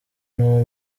n’uwo